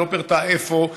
היא לא פירטה איפה,